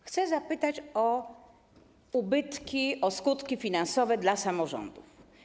Chcę zapytać o ubytki, o skutki finansowe dla samorządów.